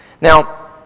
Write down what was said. now